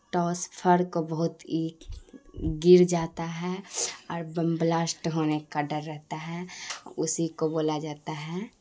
ٹاسفر کو بہت گر جاتا ہے اور بم بلاسٹ ہونے کا ڈر رہتا ہے اسی کو بولا جاتا ہے